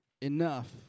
enough